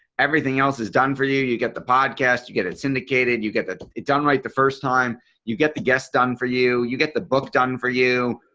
everything else is done for you. you get the podcast you get it syndicated you get it done right the first time you get the guest done for you you get the book done for you.